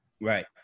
Right